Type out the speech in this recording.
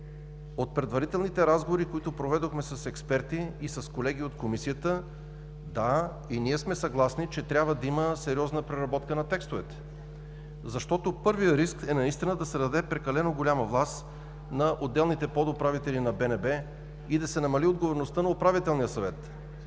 от предварителните разговори, които проведохме с експерти и с колеги от Комисията – да, и ние сме съгласни, че трябва да има сериозна преработка на текстовете. Първият риск е наистина да се даде прекалено голяма власт на отделните подуправители на БНБ и да се намали отговорността на Управителния съвет.